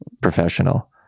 professional